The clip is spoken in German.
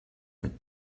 mit